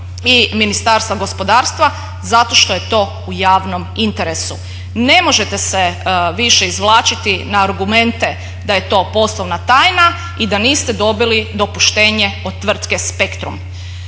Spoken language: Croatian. i Ministarstva gospodarstva zato što je to u javnom interesu. Ne možete se više izvlačiti na argumente da je to poslovna tajna i da niste dobili dopuštenje od tvrtke Spektrum.